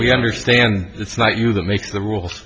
we understand it's not you that makes the rules